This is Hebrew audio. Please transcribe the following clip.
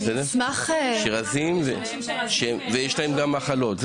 יש גם אנשים רזים שיש להם מחלות.